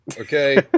okay